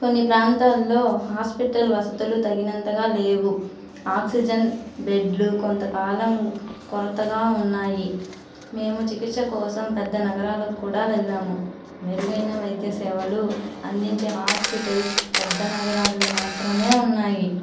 కొన్ని ప్రాంతాల్లో హాస్పిటల్ వసతులు తగినంతగా లేవు ఆక్సిజన్ బెడ్లు కొంతకాలం కొరతగా ఉన్నాయి మేము చికిత్స కోసం పెద్ద నగరాలకు కూడా వెళ్ళాము మెరుగైన వైద్య సేవలు అందించే హాస్పిటల్స్ పెద్ద నగరాల్లో మాత్రమే ఉన్నాయి